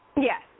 Yes